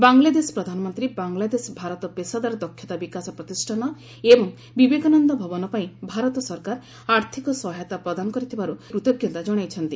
ବାଂଲାଦେଶ ପ୍ରଧାନମନ୍ତ୍ରୀ ବାଂଲାଦେଶ ଭାରତ ପେସାଦାର ଦକ୍ଷତା ବିକାଶ ପ୍ରତିଷ୍ଠାନ ଏବଂ ବିବେକାନନ୍ଦ ଭବନ ପାଇଁ ଭାରତ ସରକାର ଆର୍ଥକ ସହାୟତା ପ୍ରଦାନ କରିଥିବାରୁ କୃତ୍କତା ଜଣାଇଛନ୍ତି